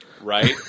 right